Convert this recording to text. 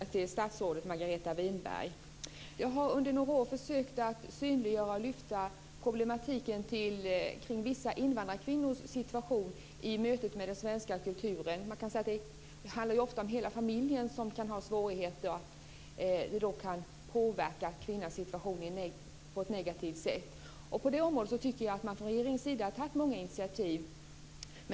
Fru talman! Jag vill också ställa en fråga till statsrådet Margareta Winberg. Jag har under några år försökt att synliggöra och lyfta fram problematiken omkring vissa invandrarkvinnors situation i mötet med den svenska kulturen. Man kan säga att det ofta handlar om att hela familjen kan ha svårigheter, vilket kan påverka kvinnornas situation på ett negativt sätt. På det området tycker jag att man från regeringens sida har tagit många initiativ.